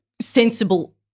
sensible